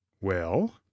Well